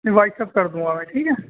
whites app کر دوں گ میں ٹھیک ہے